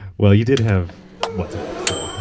well, you did have whatsapp, so.